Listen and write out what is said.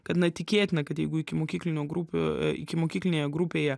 kad na tikėtina kad jeigu ikimokyklinių grupių ikimokyklinėje grupėje